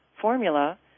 formula